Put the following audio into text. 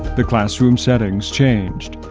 the classroom settings changed.